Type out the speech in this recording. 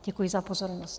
Děkuji za pozornost.